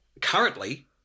currently